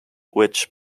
which